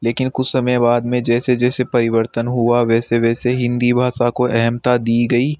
लेकिन कुछ समय बाद में जैसे जैसे परिवर्तन हुआ वैसे वैसे हिंदी भाषा को एहमता दी गई